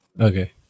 okay